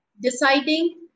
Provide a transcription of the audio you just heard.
deciding